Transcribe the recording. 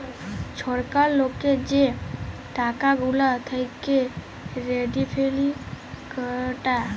ছরকার লকের যে টাকা গুলা থ্যাইকে রেভিলিউ কাটে